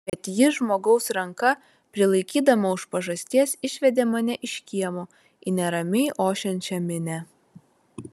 bet ji žmogaus ranka prilaikydama už pažasties išvedė mane iš kiemo į neramiai ošiančią minią